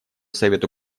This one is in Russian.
совету